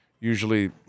Usually